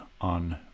on